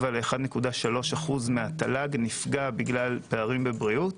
ל-1.3% מהתל"ג נפגע בגלל פערים בבריאות.